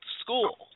school